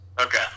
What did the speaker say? Okay